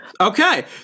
okay